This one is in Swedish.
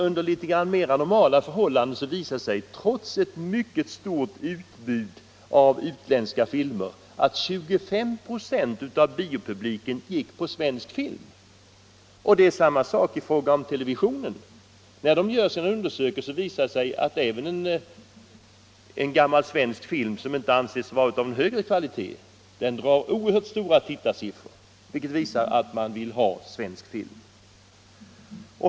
Under mer normala förhållanden visar det sig, trots ett mycket stort utbud av utländska filmer, att 25 926 av biopubliken går på svensk film. Detsamma gäller televisionen. Vid undersökningar som där gjorts har det visat sig att även en gammal svensk film, som inte anses vara av högre kvalitet, drar oerhört stora tittarsiffror, vilket visar att man vill ha svensk film.